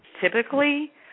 typically